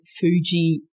Fuji